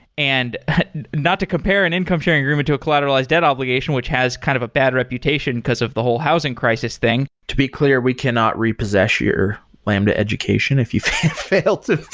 and not to compare an income sharing agreement to a collateralized debt obligation, which has kind of a bad reputation because of the whole housing crisis thing. to be clear, we cannot repossess your lambda education if you failed to